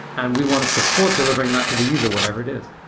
and we want to support delivering that to the user, whatever it is.